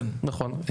נכון.